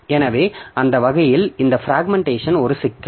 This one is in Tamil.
எனவே அந்த வகையில் இந்த பிராக்மென்ட்டேஷன் ஒரு சிக்கல்